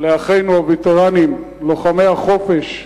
לאחינו הווטרנים, לוחמי החופש,